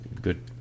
Good